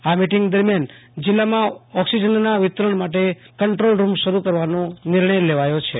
આ મિટીંગ દરમ્યાન જીલ્લામાં ઓક્સિજનના વિતરણ માટે કંન્ટ્રોલ રૂમ શરૂ કરવાનો નિર્ણય લેવાયો છે